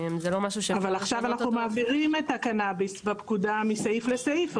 אבל עכשיו אנחנו מעבירים את הקנביס בפקודה מסעיף לסעיף.